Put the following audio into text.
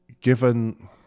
given